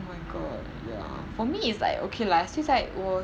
oh my god ya for me it's like okay lah 现在我